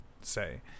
say